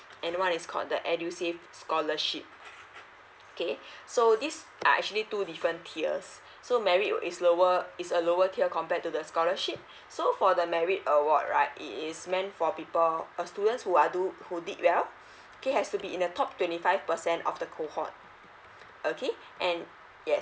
and one is called the edusave scholarship okay so this are actually two different tiers so merit is lower is a lower tier compared to the scholarship so for the merit award right it is meant for people or students who are who did well okay has to be in the top twenty five percent of the cohort okay and yes